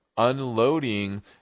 unloading